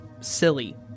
silly